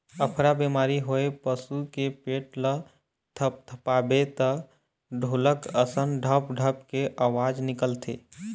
अफरा बेमारी होए पसू के पेट ल थपथपाबे त ढोलक असन ढप ढप के अवाज निकलथे